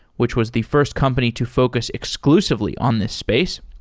which was the first company to focus exclusively on this space.